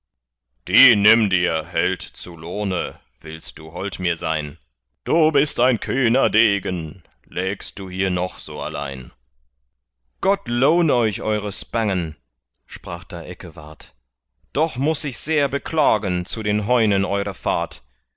nimm dir held zu lohne willst du hold mir sein du bist ein kühner degen lägst du hier noch so allein gott lohn euch eure spangen sprach da eckewart doch muß ich sehr beklagen zu den heunen eure fahrt